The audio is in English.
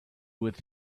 with